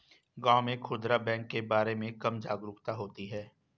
गांव में खूदरा बैंक के बारे में कम जागरूकता होती है